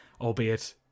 albeit